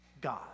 God